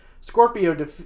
Scorpio